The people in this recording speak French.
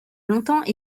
longtemps